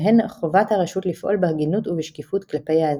בהן חובת הרשות לפעול בהגינות ובשקיפות כלפי האזרח.